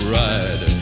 ride